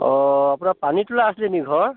অ' আপোনাৰ পানীতোলা আছিলে নেকি ঘৰ